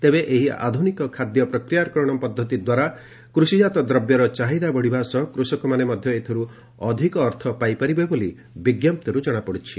ତେବେ ଏହି ଆଧୁନିକ ଖାଦ୍ୟ ପ୍ରକ୍ରିୟାକରଣ ପଦ୍ଧତି ଦ୍ୱାରା କୃଷିଜାତ ଦ୍ରବ୍ୟର ଚାହିଦା ବଢ଼ିବା ସହ କୃଷକମାନେ ମଧ୍ୟ ଏଥିରୁ ଅଧିକ ଅର୍ଥ ପାଇପାରିବେ ବୋଲି ବିଞ୍ଜପ୍ତିରୁ ଜଣାପଡ଼ି ଛି